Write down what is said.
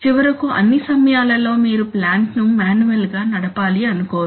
చివరకు అన్ని సమయాలలో మీరు ప్లాంట్ను మాన్యువల్గా నడపాలి అనుకోరు